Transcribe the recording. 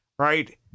Right